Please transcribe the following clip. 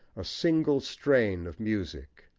a single strain of music.